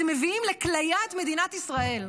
אתם מביאים לכליית מדינת ישראל.